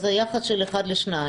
זה יחס של אחד לשניים.